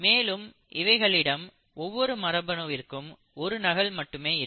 மேலும் இவைகளிடம் ஒவ்வொரு மரபணுவிற்கும் ஒரு நகல் மட்டுமே இருக்கும்